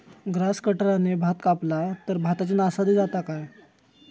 Grass कटराने भात कपला तर भाताची नाशादी जाता काय?